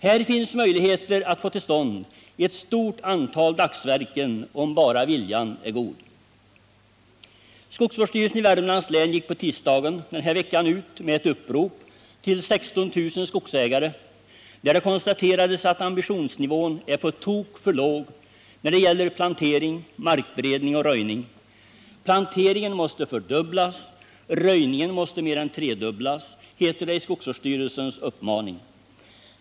Här finns möjligheter att få till stånd ett stort antal dagsverken om bara viljan är god. Skogsvårdsstyrelsen i Värmlands län gick på tisdagen ut med ett upprop till 16 000 skogsägare, där det konstaterades att ambitionsnivån är på tok för låg när det gäller plantering, markberedning och röjning. Planteringen måste fördubblas, röjningen måste mer än tredubblas, heter det i skogsvårdsstyrelsens uppmaning.